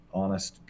honest